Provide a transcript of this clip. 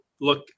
look